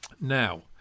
Now